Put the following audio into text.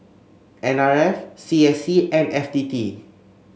N R F C S C and F T T